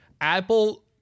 apple